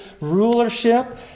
rulership